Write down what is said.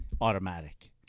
automatic